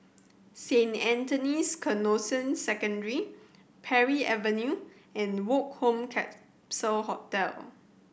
Saint Anthony's Canossian Secondary Parry Avenue and Woke Home Capsule Hotel